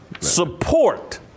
support